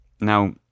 Now